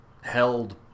held